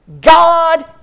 God